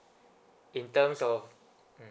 in terms of